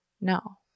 no